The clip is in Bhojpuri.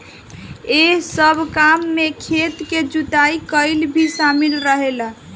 एह सब काम में खेत के जुताई कईल भी शामिल रहेला